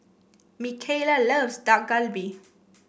Mikayla loves Dak Galbi